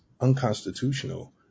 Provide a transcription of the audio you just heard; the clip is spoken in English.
unconstitutional